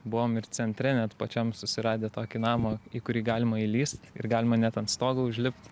buvom ir centre net pačiam susiradę tokį namą į kurį galima įlįst ir galima net ant stogo užlipt